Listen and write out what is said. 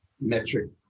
metric